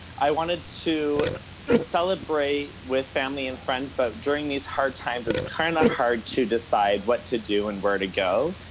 i wanted to celebrate with family and friends, but during these hard times, it's kinda kind of hard to decide what to do and where to go.